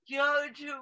George